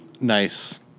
Nice